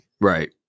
Right